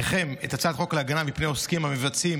הצעת חוק להגנה על הצרכן מפני עוסקים המבצעים